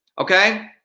Okay